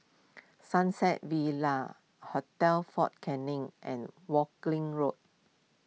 Sunset villa Hotel fort Canning and Woking Road